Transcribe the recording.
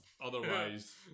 otherwise